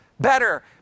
better